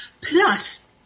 Plus